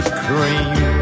cream